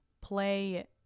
play